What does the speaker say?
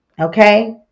okay